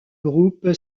groupe